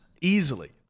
easily